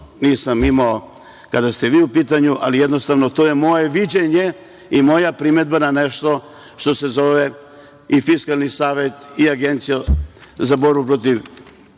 nisam imao kada ste vi u pitanju, ali jednostavno to je moje viđenje i moja primedba na nešto što se zove i Fiskalni savet i Agencija za borbu protiv